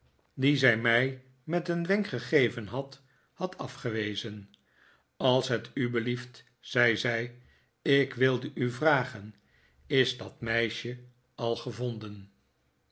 die zij mij met een wenk gegeven had had afgewezen als het u belieft zei zij ik wilde u vragen is dat meisje al gevonden